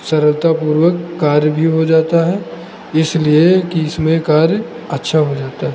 सरलता पूर्वक कार्य भी हो जाता है इसलिए कि इसमें कार्य अच्छा हो जाता है